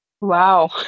Wow